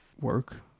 Work